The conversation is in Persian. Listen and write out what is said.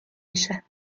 میشه